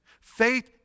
Faith